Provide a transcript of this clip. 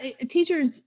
teachers